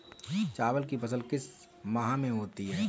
चावल की फसल किस माह में होती है?